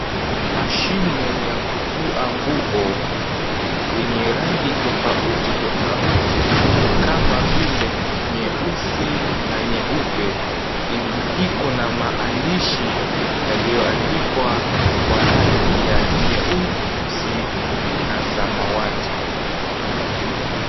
Mashine ya kufua nguo yenye rangi tofauti tofauti kama vile nyeusi na nyeupe iko na maandishi yaliyoandikwa kwa rangi ya nyeusi na samawati.